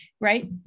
right